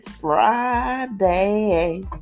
Friday